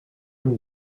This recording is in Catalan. amb